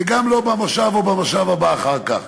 וגם לא במושב הבא או במושב הבא אחר כך.